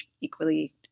equally